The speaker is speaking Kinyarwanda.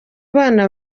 bana